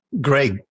Greg